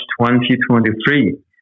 2023